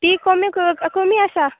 ती कमी कमी आसा